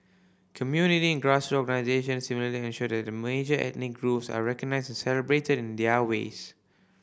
community and grassroot organisations similarly ensure that the major ethnic groups are recognised and celebrated in their ways